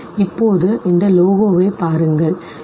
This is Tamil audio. இப்போது இந்த லோகோவைப் பாருங்கள் சரி